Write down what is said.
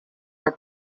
are